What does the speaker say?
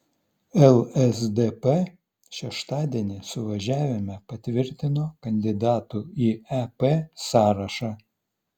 lsdp šeštadienį suvažiavime patvirtino kandidatų į ep sąrašą